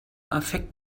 affekt